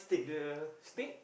the steak